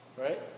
Right